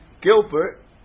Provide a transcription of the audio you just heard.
Gilbert